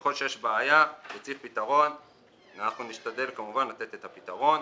ככל שיש בעיה וצריך פתרון נשתדל כמובן לתת את הפתרון.